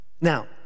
Now